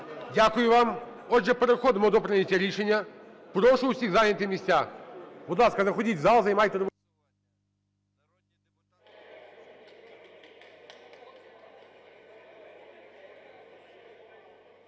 Дякую вам. Отже переходимо до прийняття рішення. Прошу всіх зайняти місця. Будь ласка, заходіть в зал, займайте робочі